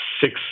six